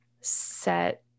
set